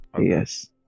Yes